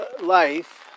life